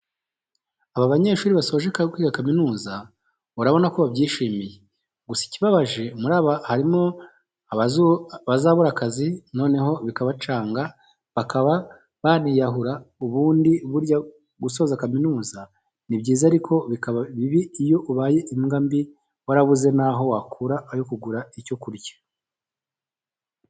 Aba banyeshuri basoje kwiga kaminuza, urabona ko babyishimiye, gusa ikibabaje muri aba harimo abazabura akazi, noneho bikabacanga bakaba baniyahura ubundi burya gusoza kaminuza, ni byiza ariko bikaba bibi iyo ubaye imbwa mbi warabuze naho wakura ayo kugura icyo kurya.